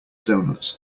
donuts